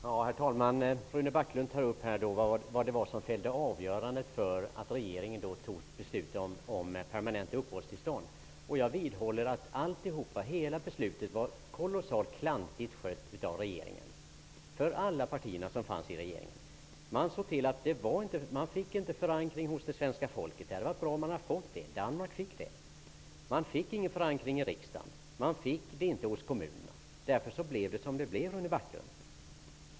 Herr talman! Rune Backlund tar upp det som fällde avgörandet när regeringen tog beslutet om permanenta uppehållstillstånd. Jag vidhåller att hela beslutet var kolossalt klantigt skött av alla de partier som ingår i regeringen. Man såg inte till att få en förankring för det hos svenska folket. Det hade varit bra att få det. I Danmark fick man en sådan förankring. Regeringen fick inte heller någon förankring i riksdagen eller i kommunerna. Därför blev det som det blev, Rune Backlund.